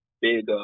big